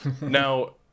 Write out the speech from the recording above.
Now